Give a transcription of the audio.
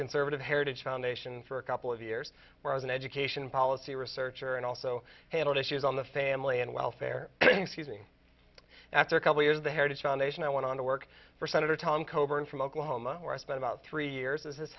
conservative heritage foundation for a couple of years where i was an education policy researcher and also handled issues on the family and welfare thanks using after a couple years of the heritage foundation i went on to work for senator tom coburn from oklahoma where i spent about three years as his